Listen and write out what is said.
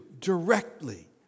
directly